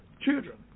children